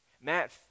Matt